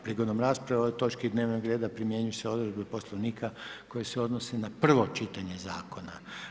Prigodom rasprave o ovoj točki dnevnog reda primjenjuju se odredbe Poslovnika koje se odnose na prvo čitanje zakona.